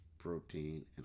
protein